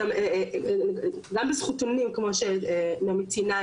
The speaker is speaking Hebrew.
גם בזכותונים כמו שנעמי ציינה,